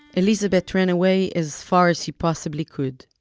elizabeth ran away as far as she possibly could,